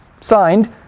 Signed